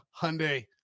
Hyundai